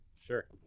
Sure